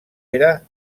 era